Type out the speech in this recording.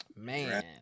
Man